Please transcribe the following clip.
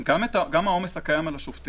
גם העומס הקיים על השופטים